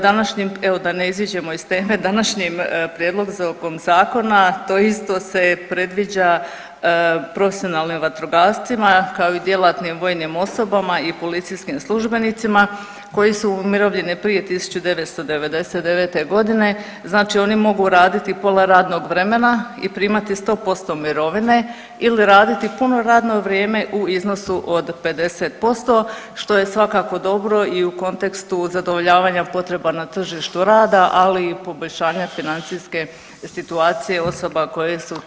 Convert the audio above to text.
Današnjim, evo da ne iziđemo iz teme, današnjim prijedlogom zakona to isto se predviđa profesionalnim vatrogascima kao i djelatnim vojnim osobama i policijskim službenicima koji su umirovljeni prije 1999.g., znači oni mogu raditi pola radnog vremena i primati 100% mirovine ili raditi puno radno vrijeme u iznosu od 50% što je svakako dobro i u kontekstu zadovoljavanja potreba na tržištu rada, ali i poboljšanja financijske situacije osoba koje su tada umirovljene.